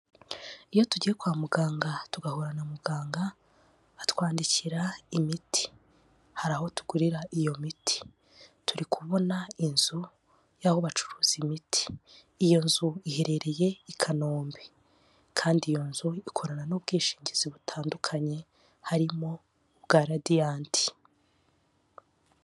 Iyo tugiye kwa muganga tugahura na muganga, atwandikira imiti. Hari aho tugurira iyo miti. Turi kubona inzu y'aho bacuruza imiti. Iyo nzu iherereye i Kanombe. kandi iyo nzu, ikorana n'ubwishingizi butandukanye, harimo ubwa Radiant.